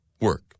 Work